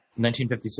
1956